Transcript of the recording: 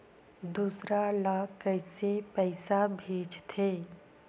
दूसरा ला कइसे पईसा भेजथे?